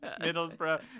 Middlesbrough